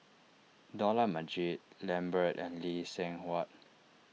Dollah Majid Lambert and Lee Seng Huat